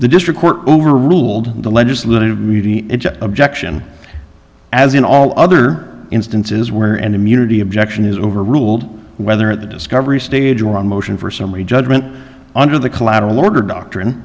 the district court overruled the legislative objection as in all other instances where an immunity objection is overruled whether at the discovery stage or on motion for summary judgment under the collateral order doctrine